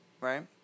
right